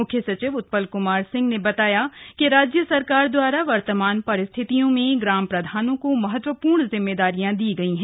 मुख्य सचिव उत्पल क्मार सिंह ने बताया कि राज्य सरकार द्वारा वर्तमान परिस्थितियों में ग्राम प्रधानों को महत्वपूर्ण जिम्मेदारियां दी गई हैं